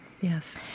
Yes